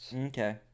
Okay